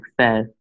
success